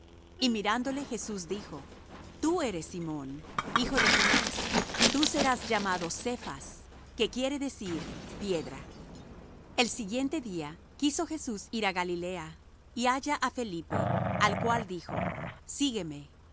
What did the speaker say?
y mirándole jesús dijo tú eres simón hijo de jonás tú serás llamado cephas que quiere decir piedra el siguiente día quiso jesús ir á galilea y halla á felipe al cual dijo sígueme